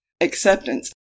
acceptance